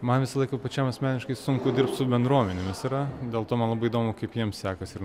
man visą laiką pačiam asmeniškai sunku dirbt su bendruomenėmis yra dėl to man labai įdomu kaip jiems sekasi ir